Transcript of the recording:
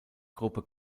gruppe